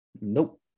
Nope